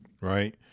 Right